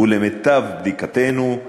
ולמיטב בדיקתנו,